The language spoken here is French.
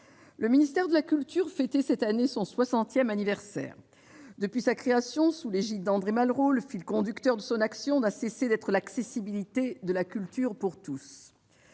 le ministère de la culture fêtait cette année son soixantième anniversaire. Depuis sa création sous l'égide d'André Malraux, le fil conducteur de son action n'a cessé d'être l'accessibilité de la culture pour tous.